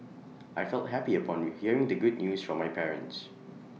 I felt happy upon you hearing the good news from my parents